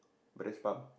but that's pump